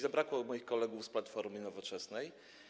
Zabrakło moich kolegów z Platformy i Nowoczesnej.